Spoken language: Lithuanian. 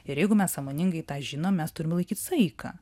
ir jeigu mes sąmoningai tą žinom mes turim laikyt saiką